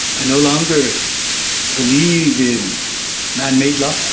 i no longer believe in manmade law